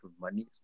money